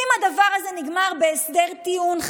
אם הדבר הזה נגמר בהסדר טיעון,